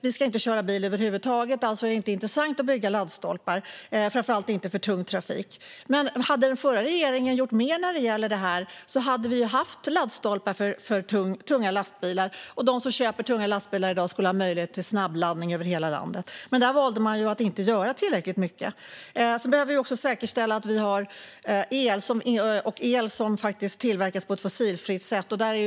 Vi ska inte köra bil över huvud taget - alltså är det inte intressant att bygga laddstolpar, framför allt inte för tung trafik. Men hade den förra regeringen gjort mer när det gäller detta hade vi ju haft laddstolpar för tunga lastbilar, och de som köper tunga lastbilar i dag skulle då ha haft möjlighet till snabbladdning över hela landet. Men där valde man att inte göra tillräckligt mycket. Vi behöver också säkerställa att vi har el som tillverkas på ett fossilfritt sätt.